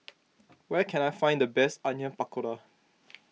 where can I find the best Onion Pakora